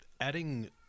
adding